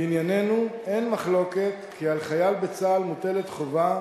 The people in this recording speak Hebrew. לענייננו, אין מחלוקת כי על חייל בצה"ל מוטלת חובה